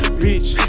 bitch